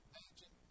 Imagine